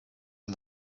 and